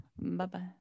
Bye-bye